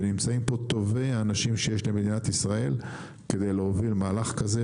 ונמצאים פה טובי האנשים שיש למדינת ישראל כדי להוביל מהלך כזה,